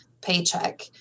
paycheck